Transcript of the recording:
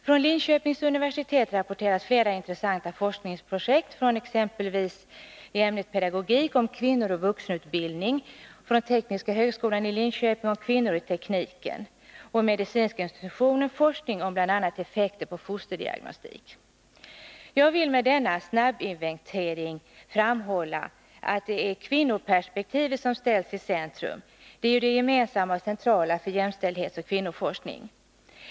Från Linköpings universitet rapporteras flera intressanta forskningsprojekt, exempelvis i ämnet pedagogik om kvinnor och vuxenutbildning, från tekniska högskolan om kvinnor i tekniken och från medicinska institutionen om bl.a. effekter på fosterdiagnostik. Jag vill med denna snabbinventering framhålla att det är kvinnoperspektivet som ställs i centrum. Det är ju det gemensamma och centrala för jämställdhetsoch kvinnoforskning.